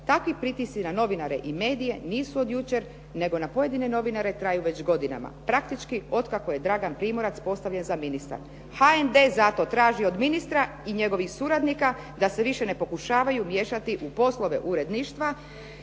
Takvi pritisci na novinare i medije nisu od jučer nego na pojedine novinare traju već godina, praktički od kako je Dragan Primorac postavljen za ministra. HND zato traži od ministra i njegovih suradnika da se više ne pokušavaju miješati u poslove uredništva,